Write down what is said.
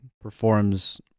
performs